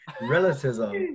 relativism